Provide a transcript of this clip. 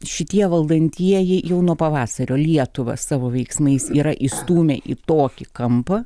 šitie valdantieji jau nuo pavasario lietuvą savo veiksmais yra įstūmę į tokį kampą